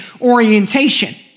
orientation